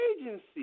agency